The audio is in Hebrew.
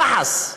יחס,